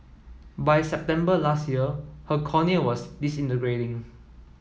by September last year her cornea was disintegrating